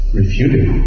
refuted